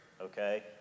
okay